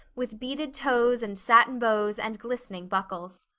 with beaded toes and satin bows and glistening buckles.